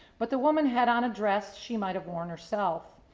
but the woman had on a dress she might have worn herself.